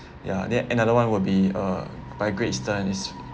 ya then another one will be uh by Great Eastern is